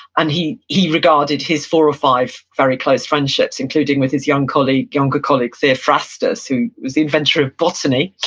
and he he regarded his four or five very close friendships, including with his young colleague, younger colleague, theophrastus, who was the inventor of botany,